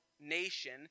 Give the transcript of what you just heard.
nation—